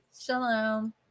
Shalom